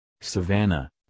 savannah